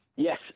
Yes